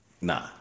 Nah